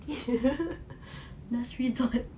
last resort